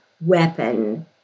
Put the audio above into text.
weapon